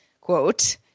quote